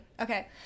okay